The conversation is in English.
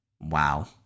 Wow